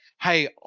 Hey